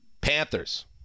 Panthers